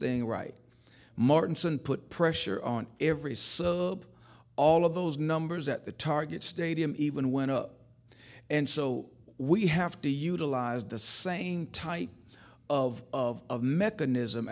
thing right martin soon put pressure on every so all of those numbers at the target stadium even went up and so we have to utilize the same type of of mechanism